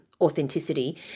authenticity